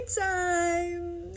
time